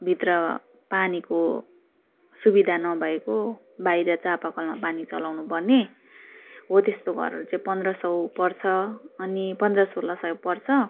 भित्र पानीको सुविधा नभएको बाहिर चापाकलमा पानी चलाउनपर्ने हो त्यस्तो घरहरू चाहिँ पन्ध्र सौ पर्छ अनि पन्ध्र सोह्र सय पर्छ